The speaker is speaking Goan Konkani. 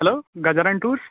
hello Gajanan tours